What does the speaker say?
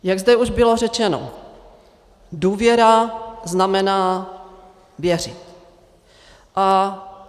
Jak zde už bylo řečeno, důvěra znamená věřit.